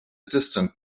distant